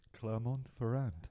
Clermont-Ferrand